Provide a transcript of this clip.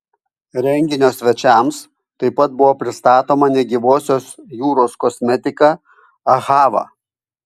renginio svečiams taip pat buvo pristatoma negyvosios jūros kosmetika ahava